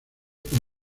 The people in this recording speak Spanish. con